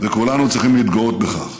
וכולנו צריכים להתגאות בכך.